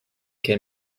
can